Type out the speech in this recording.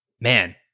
man